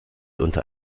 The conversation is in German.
unter